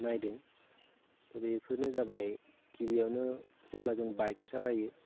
नागिरदों बेफोरनो जाबाय गिबियावनो जेब्ला जों बाइक सालायो